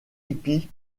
hippie